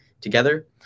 together